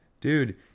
Dude